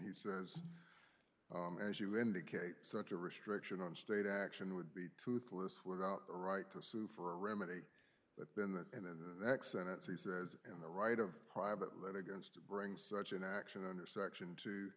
he says as you indicate such a restriction on state action would be toothless without a right to sue for a remedy but then the and then the next sentence he says and the right of private let against bring such an action under section t